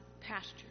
pasture